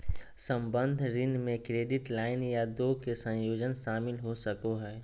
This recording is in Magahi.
संबंद्ध ऋण में क्रेडिट लाइन या दो के संयोजन शामिल हो सको हइ